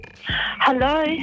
Hello